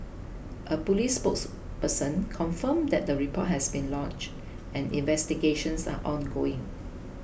a police spokesperson confirmed that the report has been lodged and investigations are ongoing